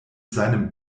seinem